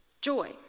Joy